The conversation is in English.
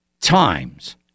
times